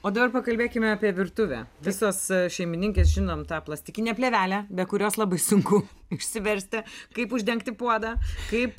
o dabar pakalbėkime apie virtuvę visos šeimininkės žinom tą plastikinę plėvelę be kurios labai sunku išsiversti kaip uždengti puodą kaip